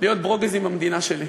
להיות ברוגז עם המדינה שלי.